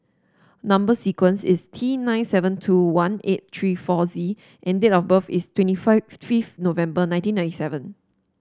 number sequence is T nine seven two one eight three four Z and date of birth is twenty five fifth November nineteen ninety seven